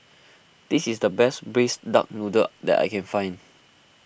this is the best Braised Duck Noodle that I can find